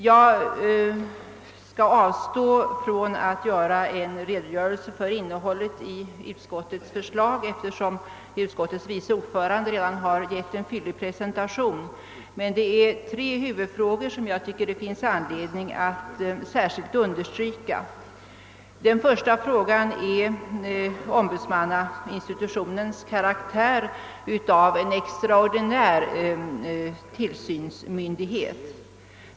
Jag skall avstå från att ge en redogörelse för innehållet i utskottets förslag, eftersom dess vice ordförande redan givit en fyllig presentation, men det är tre huvudfrågor, som jag tycker att det finns anledning att särskilt understryka. Den första frågan är ombudsmannainstitutionens karaktär av extraordinär tillsynsmyndighet.